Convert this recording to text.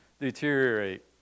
deteriorate